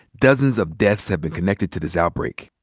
dozens of deaths have been connected to this outbreak.